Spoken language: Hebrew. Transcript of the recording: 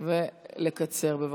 ולקצר, בבקשה.